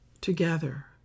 together